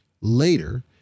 later